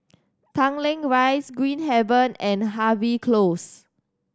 Tanglin Rise Green Haven and Harvey Close